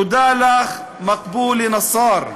תודה לך, מקבולה נסאר,